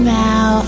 now